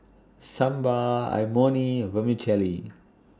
Sambar Imoni and Vermicelli